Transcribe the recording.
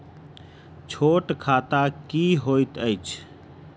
छोट खाता की होइत अछि